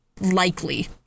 likely